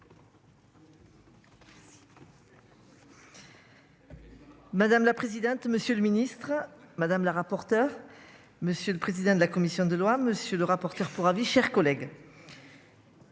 Madame la présidente, monsieur le ministre, madame la rapporteure. Monsieur le président de la commission des lois. Monsieur le rapporteur pour avis, chers collègues.